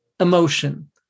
emotion